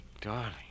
Darling